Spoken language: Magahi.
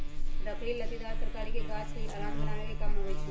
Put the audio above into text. लकड़ी लत्तिदार तरकारी के गाछ लेल अलान लगाबे कें काम अबई छै